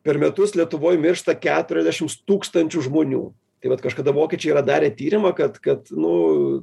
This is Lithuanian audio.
per metus lietuvoj miršta keturiasdešims tūkstančių žmonių tai vat kažkada vokiečiai yra darę tyrimą kad kad nu